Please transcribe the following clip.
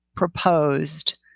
proposed